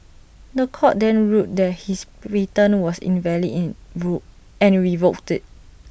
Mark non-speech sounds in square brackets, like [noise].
The Court then ruled that his patent was invalid in [unintelligible] and revoked IT